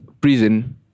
prison